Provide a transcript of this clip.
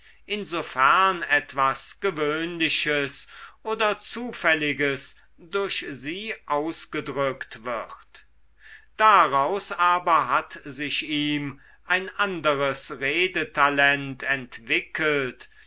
insofern etwas gewöhnliches oder zufälliges durch sie ausgedrückt wird daraus aber hat sich ihm ein anderes redetalent entwickelt